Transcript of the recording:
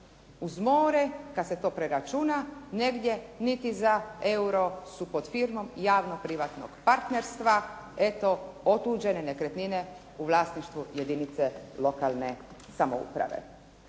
uz mora kad se to preračuna negdje niti za euro su pod firmom javno-privatnog partnerstva, eto otuđene nekretnine u vlasništvu jedinice lokalne samouprave.